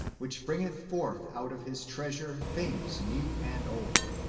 which bringeth forth out of his treasure things new and old.